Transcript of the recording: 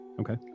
okay